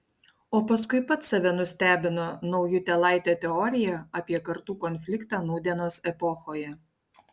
o paskui pats save nustebino naujutėlaite teorija apie kartų konfliktą nūdienos epochoje